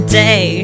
day